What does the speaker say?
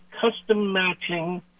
custom-matching